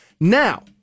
Now